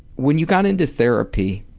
when you got into therapy,